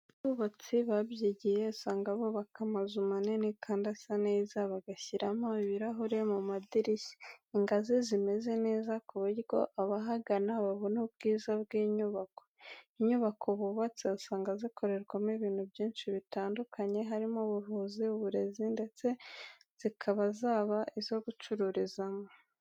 Abubatsi babyigiye usanga bubaka amazu manini kandi asa neza, bagashyiramo ibirahure mu madirishya, ingazi zimeze neza ku buryo abahagana babona ubwiza bw'inyubako. Inyubako bubatse usanga zikorerwamo ibintu byinshi bitandukanye harimo ubuvuzi, uburezi, ndetse zikaba zaba izo gucururizamo.